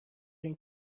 این